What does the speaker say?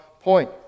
point